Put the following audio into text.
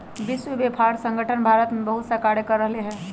विश्व व्यापार संगठन भारत में बहुतसा कार्य कर रहले है